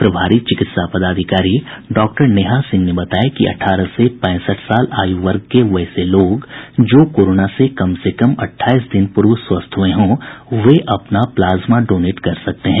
प्रभारी चिकित्सा पदाधिकारी डॉक्टर नेहा सिंह ने बताया कि अठारह से पैंसठ साल आयु वर्ग के वैसे लोग जो कोरोना से कम से कम अट्ठाईस दिन पूर्व स्वस्थ हुये हों वे अपना प्लाज्मा डोनेट कर सकते हैं